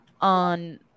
on